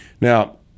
Now